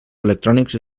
electrònics